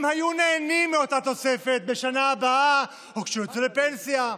הם היו נהנים מאותה תוספת בשנה הבאה או כשהם יצאו לפנסיה.